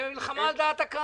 אני מגן על האוצר כל הזמן.